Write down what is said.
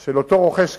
של אותו רוכש כרטיס,